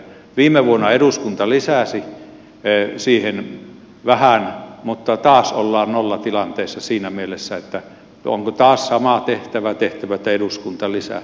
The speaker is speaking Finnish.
viime vuonna eduskunta lisäsi siihen vähän mutta taas ollaan nollatilanteessa siinä mielessä niin että onko taas sama tehtävä tehtävä että eduskunta lisää